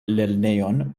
lernejon